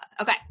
Okay